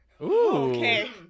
Okay